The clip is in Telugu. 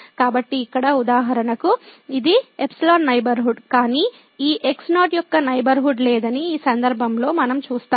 కాబట్టి ఇక్కడ ఉదాహరణకు ఇది ϵ నైబర్హుడ్ కానీ ఈ x0 యొక్క నైబర్హుడ్ లేదని ఈ సందర్భంలో మనం చూస్తాము